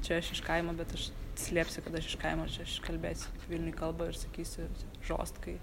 čia aš iš kaimo bet aš slėpsiu kad aš iš kaimo čia aš kalbėsiu vilniuj kalba ir sakysiu žostkai